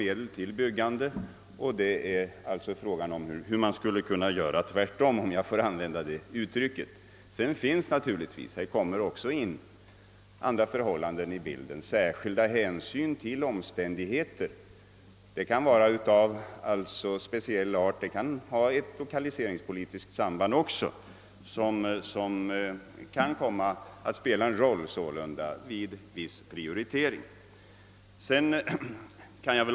Skulle man verkligen kunna göra tvärtom, om jag får uttrycka mig på det sättet? Sedan kommer naturligtvis särskilda omständigheter in i bilden. Det kan vara hänsyn av speciell art, och även ett lokaliseringspolitiskt samband kan komma att spela en roll vid viss prioritering.